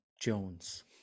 Jones